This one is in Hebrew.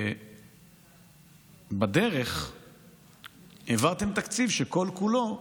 בדרך העברתם תקציב שכל-כולו